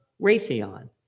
Raytheon